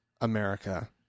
America